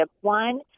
one